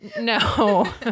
no